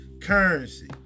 currency